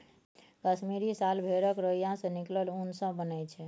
कश्मीरी साल भेड़क रोइयाँ सँ निकलल उन सँ बनय छै